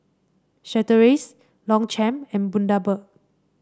Chateraise Longchamp and Bundaberg